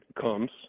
comes